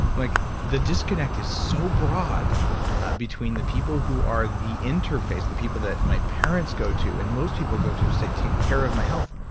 like the disconnect is so broad between the people who are the interface, the people that my parents go to. and most people go to and say, take care of my health.